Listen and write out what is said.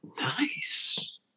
Nice